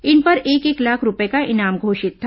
इन पर एक एक लाख रूपये का इनाम घोषित था